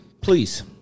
please